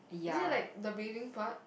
is it like the bathing part